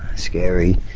scary.